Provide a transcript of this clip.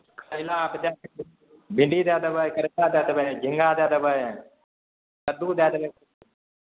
करैला भिण्डी दए देबै करैला दए देबै झिङ्गा दए देबै कद्दू दए देबै